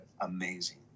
amazing